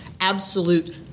absolute